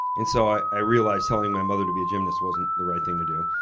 and so i i realized telling my mother to be a gymnast wasn't the right thing to do,